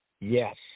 Yes